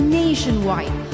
nationwide